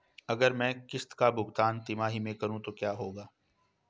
अगर मैं किश्त का भुगतान तिमाही में करूं तो क्या होगा?